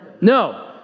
No